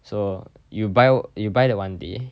so you buy you buy the one day